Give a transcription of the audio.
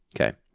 Okay